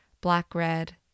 black-red